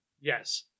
Yes